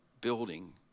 building